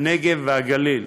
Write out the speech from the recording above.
הנגב והגליל.